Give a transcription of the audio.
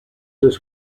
was